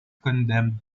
condemned